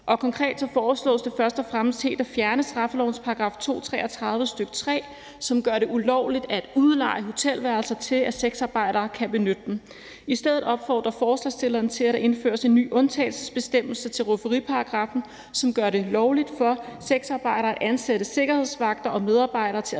og konkret foreslås det først og fremmest helt at fjerne straffelovens § 233, stk. 3, som gør det ulovligt at udleje hotelværelser til, at sexarbejdere kan benytte dem. I stedet opfordrer forslagsstillerne til, at der indføres en ny undtagelsesbestemmelse til rufferiparagraffen, som gør det lovligt for sexarbejdere at ansætte sikkerhedsvagter og medarbejdere til